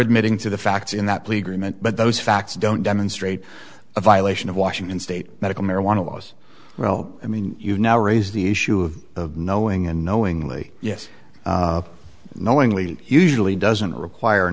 admitting to the facts in that plea agreement but those facts don't demonstrate a violation of washington state medical marijuana laws well i mean you now raise the issue of knowing and knowingly yes knowingly usually doesn't require